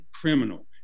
criminal